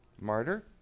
martyr